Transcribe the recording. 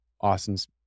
Austin's